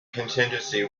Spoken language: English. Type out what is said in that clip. constituency